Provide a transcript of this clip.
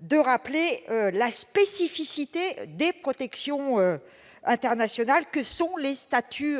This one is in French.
de rappeler la spécificité des protections internationales que représentent les statuts